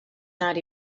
not